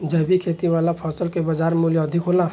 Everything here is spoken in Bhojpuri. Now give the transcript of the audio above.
जैविक खेती वाला फसल के बाजार मूल्य अधिक होला